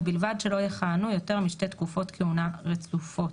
ובלבד שלא יכהנו יותר משתי תקופות כהונה רצופות".